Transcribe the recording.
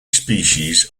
species